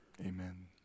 amen